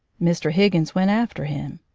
mr. higgins went after him.